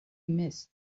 miss